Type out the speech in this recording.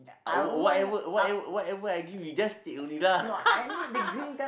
uh whatever whatever whatever I give you just take only lah